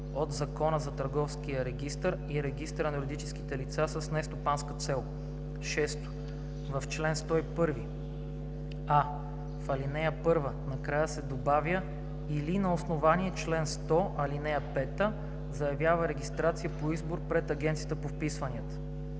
от Закона за търговския регистър и регистъра на юридическите лица с нестопанска цел.“ 6. В чл. 101: а) в ал. 1 накрая се добавя „или на основание чл. 100, ал. 5 заявява регистрация по избор пред Агенцията по вписванията“;